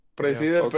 preside